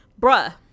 bruh